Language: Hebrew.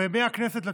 ומהכנסת לציבור: